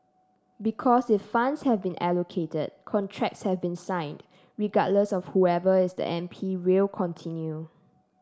because if funds have been allocated contracts have been signed regardless of whoever is the M P will continue